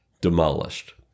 demolished